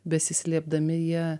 besislėpdami jie